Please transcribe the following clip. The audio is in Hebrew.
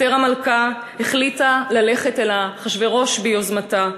אסתר המלכה החליטה ללכת אל אחשוורוש ביוזמתה,